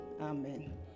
amen